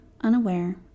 Unaware